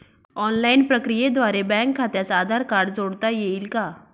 Online प्रक्रियेद्वारे bank खात्यास Aadhaar card जोडता येईल का?